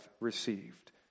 received